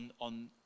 on